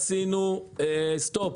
עשינו סטופ.